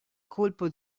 colpo